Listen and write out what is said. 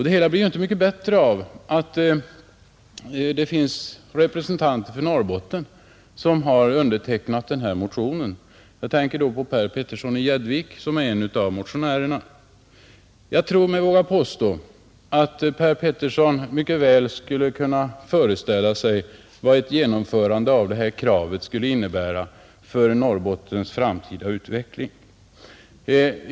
Det blir inte mycket bättre av att det finns representanter för Norrbotten som har undertecknat denna motion. Jag tänker då på Per Petersson i Gäddvik, som är en av motionärerna. Jag tror mig våga påstå att herr Petersson mycket väl kan föreställa sig vad ett genomförande av detta krav skulle innebära för Norrbottens framtida utveckling.